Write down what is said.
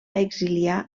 exiliar